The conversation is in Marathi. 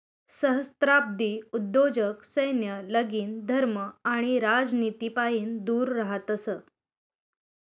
सहस्त्राब्दी उद्योजक सैन्य, लगीन, धर्म आणि राजनितीपाईन दूर रहातस